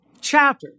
chapter